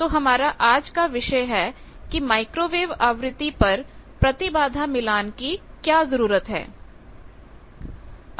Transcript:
तो हमारा आज का विषय है कि माइक्रोवेव आवृत्ति पर प्रतिबाधा मिलान की क्या जरूरत है